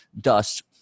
dust